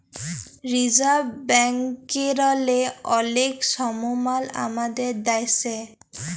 reserve ব্যাংকেরলে অলেক সমমাল আমাদের দ্যাশে